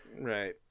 Right